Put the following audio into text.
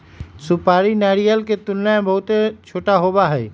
सुपारी नारियल के तुलना में बहुत छोटा होबा हई